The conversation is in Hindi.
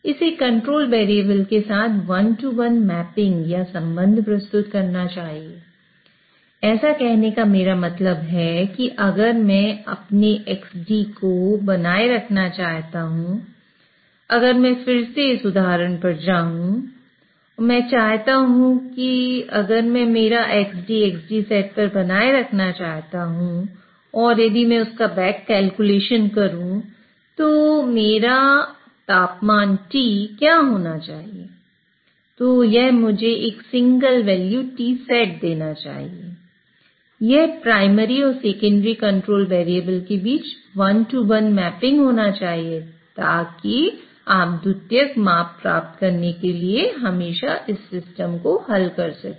इसे कंट्रोल वेरिएबल के साथ वन टू वन मैपिंग होना चाहिए ताकि आप द्वितीयक माप प्राप्त करने के लिए हमेशा इस सिस्टम को हल कर सकें